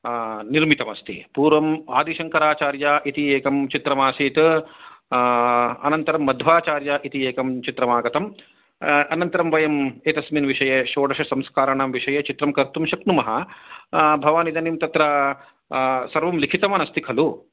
निर्मितम् अस्ति पूर्वम् आदिशङ्कराचार्या इति एकं चित्रम् आसीत् अनन्तरं मध्वाचार्या इति एकं चित्रम् आगतम् अनन्तरं वयम् एतस्मिन् विषये षोडशसंस्काराणां विषये चित्रं कर्तुं शक्नुम भवान् इदानीं तत्र सर्वं लिखितवान् अस्ति खलु